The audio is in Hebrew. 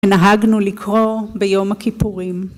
‫הנהגנו לקרוא ביום הכיפורים.